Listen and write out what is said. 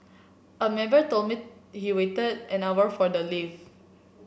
a member told me he waited an hour for the lift